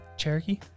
Cherokee